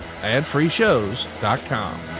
Adfreeshows.com